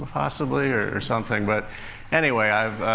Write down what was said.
possibly, or something. but anyway,